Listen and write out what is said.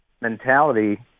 mentality